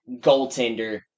goaltender